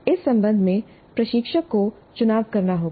इस संबंध में प्रशिक्षक को चुनाव करना होगा